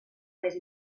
més